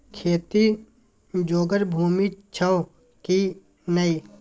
खेती जोगर भूमि छौ की नै?